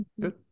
good